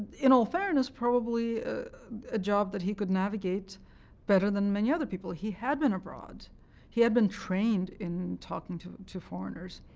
in all fairness, probably a job that he could navigate better than many other people. he had been abroad he had been trained in talking to to foreigners.